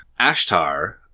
Ashtar